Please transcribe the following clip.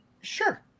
Sure